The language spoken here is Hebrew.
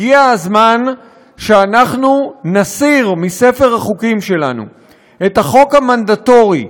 הגיע הזמן שאנחנו נסיר מספר החוקים שלנו את החוק המנדטורי,